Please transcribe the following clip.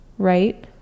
Right